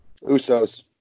Usos